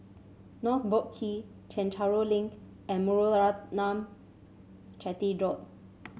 North Boat Quay Chencharu Link and Muthuraman Chetty Road